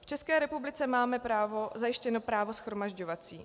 V České republice máme zajištěno právo shromažďovací.